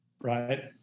right